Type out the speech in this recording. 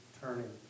turning